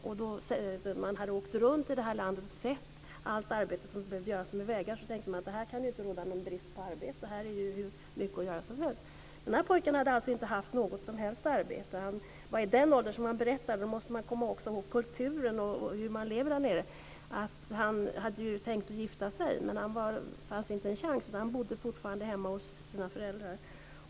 När man hade åkt runt och sett allt arbete som behövde göras med vägar tänkte man: Här kan det ju inte råda någon brist på arbete, här finns det hur mycket som helst att göra. Men den här pojken hade inte haft något som helst arbete. Han var i den åldern - och då måste vi komma ihåg kulturen och hur man lever där - att han hade tänkt att gifta sig. Men det fanns inte en chans. Han bodde fortfarande hemma hos sina föräldrar.